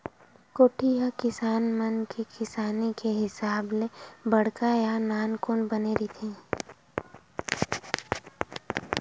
कोठी ह किसान मन के किसानी के हिसाब ले बड़का या नानकुन बने रहिथे